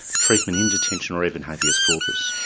treatment in detention, or even habeas corpus.